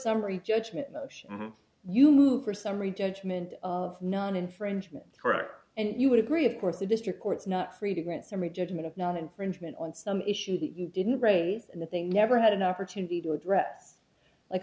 summary judgment motion you move for summary judgment of non infringement correct and you would agree of course the district court's not free to grant summary judgment of non infringement on some issues that you didn't raise and that they never had an opportunity to address like